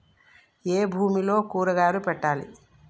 ఏ భూమిలో కూరగాయలు పెట్టాలి?